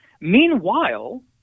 Meanwhile